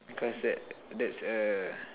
because that that's a